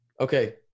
Okay